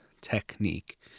technique